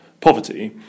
poverty